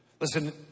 Listen